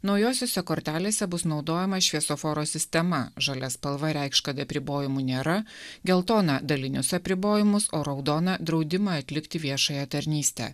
naujosiose kortelėse bus naudojama šviesoforo sistema žalia spalva reikš kad apribojimų nėra geltona dalinius apribojimus o raudona draudimą atlikti viešąją tarnystę